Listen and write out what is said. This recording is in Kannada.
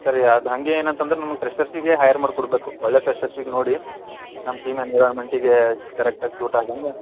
ಸರಿ ಅದು ಹಾಗೆ ಏನಂತಂದ್ರೆ ನಮಗೆ ಫ್ರೆಶರ್ಸಿಗೆ ಹೈಯರ್ ಮಾಡಿ ಕೊಡಬೇಕು ಒಳ್ಳೆಯ ಫ್ರೆಶರ್ಸಿಗೆ ನೋಡಿ ನಮ್ಮ ಟೀಮ್ ಎನ್ವೈರ್ಮೆಂಟಿಗೆ ಕರೆಕ್ಟಾಗಿ ಸೂಟ್ ಆಗೋ ಹಂಗೆ